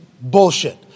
bullshit